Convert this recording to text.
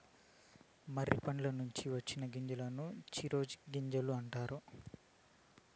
మొర్రి పండ్ల నుంచి వచ్చిన గింజలను చిరోంజి గింజలు అంటారు